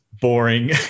boring